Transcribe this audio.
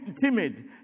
timid